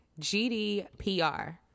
gdpr